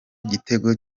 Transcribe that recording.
gitego